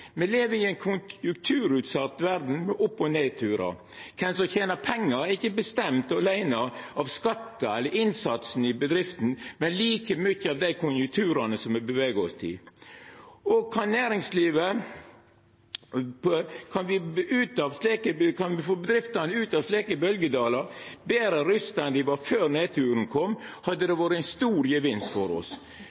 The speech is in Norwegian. Me lever i ei konjunkturutsett verd med opp- og nedturar. Kven som tener pengar, er ikkje bestemt aleine av skattar eller innsatsen i bedrifta, men like mykje av dei konjunkturane som me beveger oss i. Kan me få bedriftene ut av slike bølgjedalar betre rusta enn dei var før nedturen kom, hadde det vore ein stor gevinst for oss.